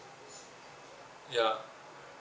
ya